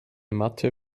matte